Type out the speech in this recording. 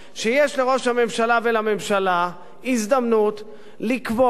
שכל צד בממשלה החליט למשוך לכיוון שלו,